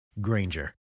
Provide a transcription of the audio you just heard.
Granger